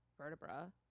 vertebra